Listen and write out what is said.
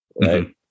Right